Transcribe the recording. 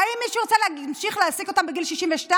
האם מישהו ירצה להמשיך להעסיק אותן בגיל 62?